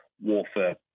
warfare